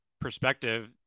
perspective